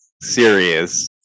serious